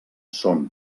són